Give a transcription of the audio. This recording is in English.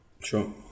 Sure